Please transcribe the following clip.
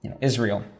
Israel